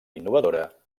innovadora